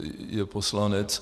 Je poslanec.